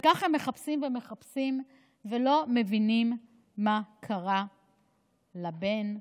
וכך הם מחפשים ומחפשים ולא מבינים מה קרה לבן,